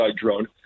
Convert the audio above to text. drone